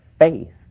faith